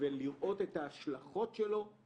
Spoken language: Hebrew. הדיון היה אמור להיות על פי השאלות שאתה